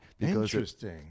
interesting